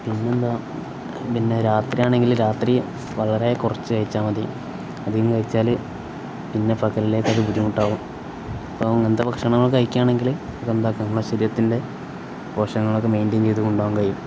പിന്നെയെന്താണ് പിന്നെ രാത്രിയാണെങ്കില് രാത്രി വളരെ കുറച്ചു കഴിച്ചാല് മതി അധികം കഴിച്ചാല്പ്പിന്നെ പകലിലേക്കതു ബുദ്ധിമുട്ടാവും അപ്പോള് എന്താണ് ഭക്ഷണങ്ങള് കഴിക്കുകയാണെങ്കില് എന്താക്കാം നമ്മുടെ ശരീരത്തിൻ്റെ പോഷണങ്ങളൊക്കെ മെയിന്റെയിൻ ചെയ്തു കൊണ്ടുപോകാൻ കഴിയും